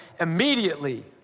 Immediately